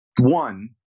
one